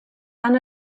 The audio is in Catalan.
han